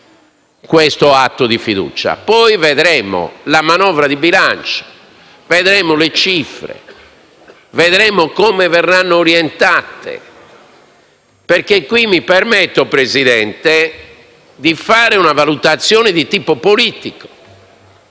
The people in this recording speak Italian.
questo atto di fiducia. Poi vedremo la manovra di bilancio, vedremo le cifre e vedremo come verranno orientate. Mi permetto, signor Presidente, di fare una valutazione di tipo politico